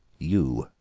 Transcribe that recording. you,